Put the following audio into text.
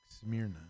Smyrna